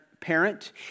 parent